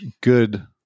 good